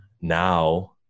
now